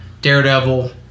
Daredevil